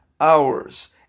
hours